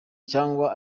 cyangwa